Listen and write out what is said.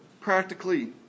practically